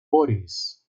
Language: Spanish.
boris